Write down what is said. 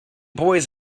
boys